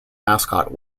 mascot